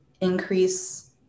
increase